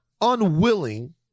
unwilling